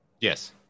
Yes